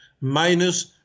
minus